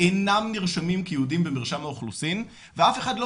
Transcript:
אינם נרשמים כיהודים במרשם האוכלוסין ואף אחד לא